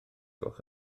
gwelwch